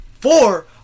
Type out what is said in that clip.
four